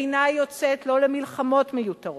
אינה יוצאת, לא למלחמות מיותרות,